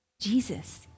Jesus